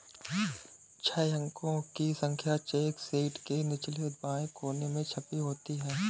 छह अंकों की संख्या चेक शीट के निचले बाएं कोने में छपी होती है